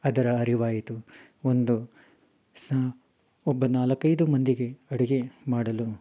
ಅದರ ಅರಿವಾಯಿತು ಒಂದು ಸಹ ಒಬ್ಬ ನಾಲಕ್ಕೈದು ಮಂದಿಗೆ ಅಡುಗೆ ಮಾಡಲು